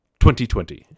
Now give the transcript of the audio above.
2020